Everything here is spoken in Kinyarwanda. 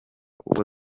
uwo